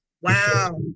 Wow